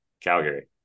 Calgary